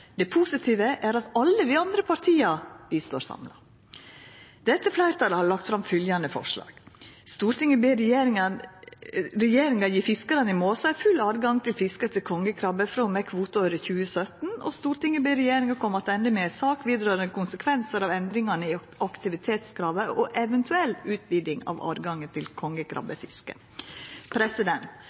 det strykkarakter. Det positive er at alle vi andre partia står saman. Dette fleirtalet har lagt fram følgjande forslag til vedtak: «Stortinget ber regjeringa gje fiskarane i Måsøy full adgang til fisket etter kongekrabbe frå og med kvoteåret 2017.» Og: «Stortinget ber regjeringa komme attende til Stortinget med ei sak vedrørande konsekvensar av endring i aktivitetskravet og eventuell utviding av adgangen til